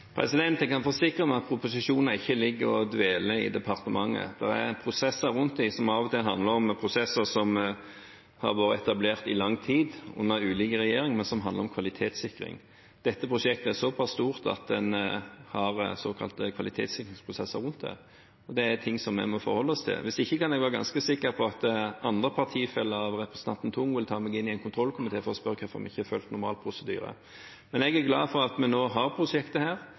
Jeg kan forsikre om at proposisjoner ikke ligger og dveler i departementet. Det er prosesser rundt dem som av og til er prosesser som har vært etablert for lenge siden, under ulike regjeringer, men som handler om kvalitetssikring. Dette prosjektet er så pass stort at en har såkalte kvalitetssikringsprosesser rundt det, og det er ting som vi må forholde oss til. Hvis ikke kan en være ganske sikker på at partifeller av representanten Tung vil ta meg inn i en kontrollkomité for å spørre hvorfor vi ikke har fulgt normal prosedyre. Jeg er glad for at vi nå har prosjektet her,